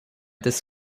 this